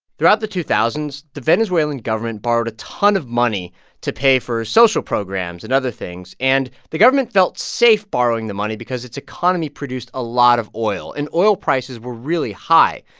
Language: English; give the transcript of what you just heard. throughout the two thousand s, the venezuelan government borrowed a ton of money to pay for social programs and other things. and the government felt safe borrowing the money because its economy produced a lot of oil. and oil prices were really high.